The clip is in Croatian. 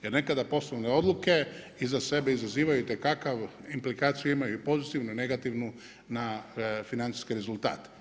Jer nekada poslovne odluke iza sebe izazivaju itekakav, implikaciju imaju i pozitivnu i negativnu na financijske rezultate.